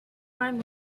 crime